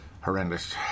Horrendous